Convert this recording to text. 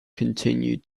continued